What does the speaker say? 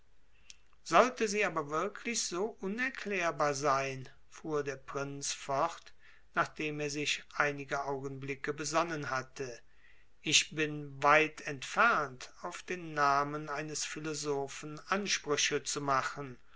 sollte sie aber wirklich so unerklärbar sein fuhr der prinz fort nachdem er sich einige augenblicke besonnen hatte ich bin weit entfernt auf den namen eines philosophen ansprüche zu machen